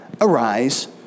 Arise